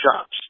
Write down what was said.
shops